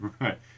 Right